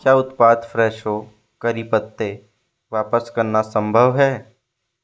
क्या उत्पाद फ्रेशो करी पत्ते वापस करना संभव है